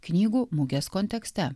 knygų mugės kontekste